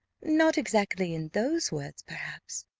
not exactly in those words, perhaps.